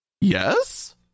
yes